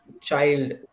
child